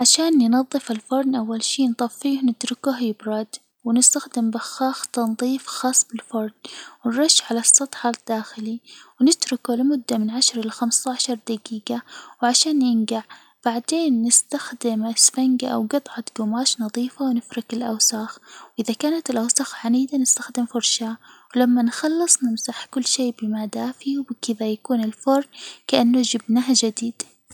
عشان ننظف الفرن، أول شي نطفيه ونتركه يبرد، نستخدم بخاخ تنظيف خاص بالفرن، ونرش على السطح الداخلي ونتركه لمدة من عشرة لخمسة عشر دجيجة عشان ينجع، بعدين نستخدم إسفنجة أو جطعة نظيفة ونفرك الأوساخ، إذا كانت الأوساخ عنيدة نستخدم فرشاة، ولما نخلص نمسح كل شيء بماء دافي، وبكذا يكون الفرن كأنه جبناه جديد!